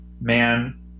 Man